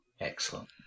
Excellent